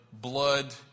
blood